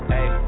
Hey